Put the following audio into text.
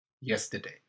yesterday